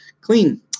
clean